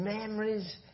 memories